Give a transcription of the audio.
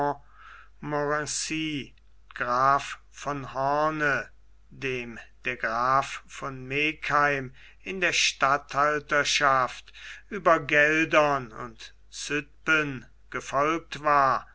graf von hoorn dem der graf von megen in der statthalterschaft über geldern und zütphen gefolgt war